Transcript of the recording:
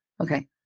Okay